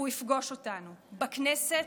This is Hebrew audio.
הוא יפגוש אותנו בכנסת,